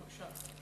בבקשה.